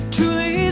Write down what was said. Truly